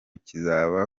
kizaba